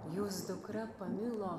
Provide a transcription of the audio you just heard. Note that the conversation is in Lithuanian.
jūs dukra pamilo